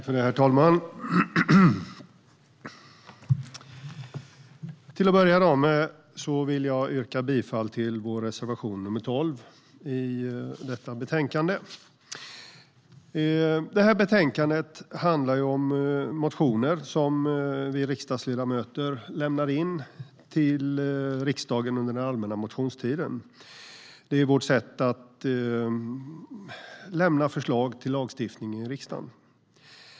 Herr talman! Jag vill börja med att yrka bifall till reservation 12 i betänkandet. I betänkandet behandlas motioner som riksdagsledamöter lämnat in till riksdagen under den allmänna motionstiden. Det är vårt sätt att lämna förslag till lagstiftningen i riksdagen.